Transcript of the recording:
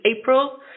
April